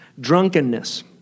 drunkenness